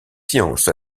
sciences